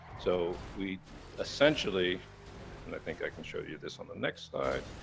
so we essentially, and i think i can show you this on the next slide,